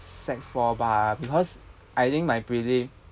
sec four bah because I think my prelim